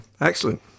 Excellent